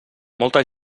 molta